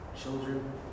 children